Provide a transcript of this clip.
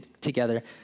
together